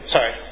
Sorry